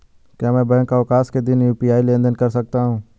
क्या मैं बैंक अवकाश के दिन यू.पी.आई लेनदेन कर सकता हूँ?